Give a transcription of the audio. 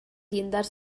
llindars